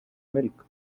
milk